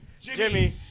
Jimmy